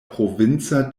provinca